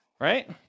right